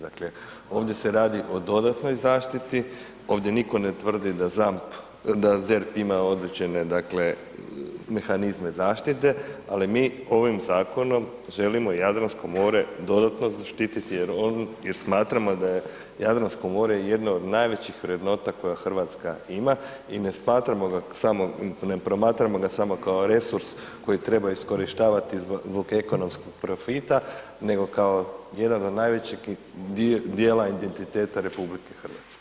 Dakle, ovdje se radi o dodatnoj zaštiti, ovdje nitko ne tvrdi da ZERP ima određene, dakle, mehanizme zaštite, ali mi ovim zakonom želimo Jadransko more dodatno zaštititi jer smatramo da je Jadransko more jedno od najvećih vrednota koje RH ima i ne promatramo ga samo kao resurs koji treba iskorištavati zbog ekonomskog profita, nego kao jedan od najvećeg dijela identiteta RH.